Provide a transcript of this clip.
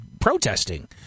protesting